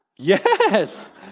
Yes